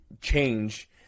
change